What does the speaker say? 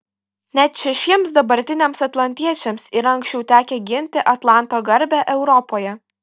net šešiems dabartiniams atlantiečiams yra anksčiau tekę ginti atlanto garbę europoje